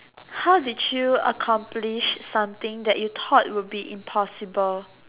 how did you accomplish something that you thought will be impossible